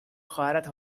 خواهرت